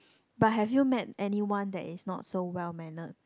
but have you met anyone that is not so well mannered